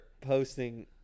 posting